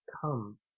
come